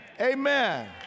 amen